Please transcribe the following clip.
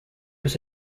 was